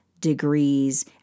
degrees